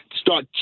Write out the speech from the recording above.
start